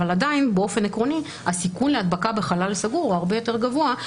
אבל עדיין באופן עקרוני הסיכון להדבקה בחלל סגור הוא הרבה יותר גבוה,